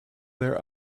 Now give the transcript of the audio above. their